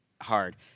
hard